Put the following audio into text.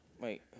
Wait